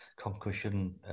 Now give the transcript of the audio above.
concussion